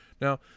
Now